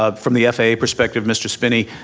ah from the faa perspective, mr. spinney,